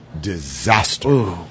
disaster